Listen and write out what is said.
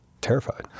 terrified